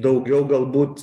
daugiau galbūt